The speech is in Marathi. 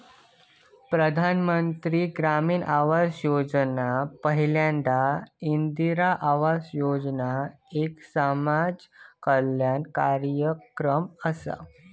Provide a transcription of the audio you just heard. प्रधानमंत्री ग्रामीण आवास योजना पयल्यांदा इंदिरा आवास योजना एक समाज कल्याण कार्यक्रम असा